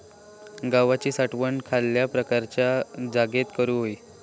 गव्हाची साठवण खयल्या प्रकारच्या जागेत करू होई?